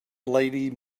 lady